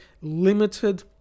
limited